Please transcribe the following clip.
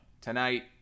Tonight